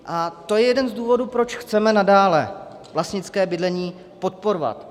A to je jeden z důvodů, proč chceme nadále vlastnické bydlení podporovat.